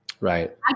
Right